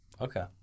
Okay